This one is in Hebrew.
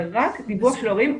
זה רק דיווח של ההורים.